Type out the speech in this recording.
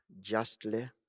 justly